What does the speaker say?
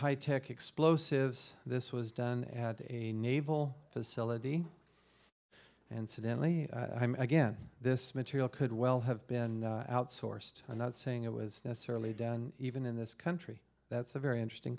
high tech explosives this was done at a naval facility and suddenly again this material could well have been outsourced i'm not saying it was necessarily done even in this country that's a very interesting